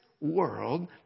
world